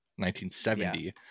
1970